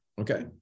Okay